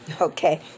Okay